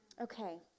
Okay